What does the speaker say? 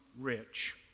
rich